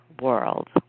world